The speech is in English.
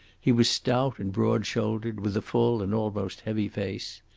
he was stout and broad-shouldered, with a full and almost heavy face.